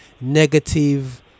negative